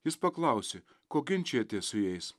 jis paklausė ko ginčijatės su jais